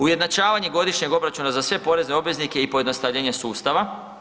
Ujednačavanje godišnjeg obračuna za sve porezne obveznike i pojednostavljenje sustava.